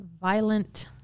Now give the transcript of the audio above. Violent